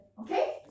Okay